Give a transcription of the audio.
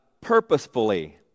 purposefully